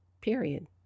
Period